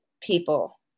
people